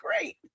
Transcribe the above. great